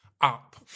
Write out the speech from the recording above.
up